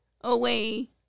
away